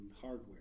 hardware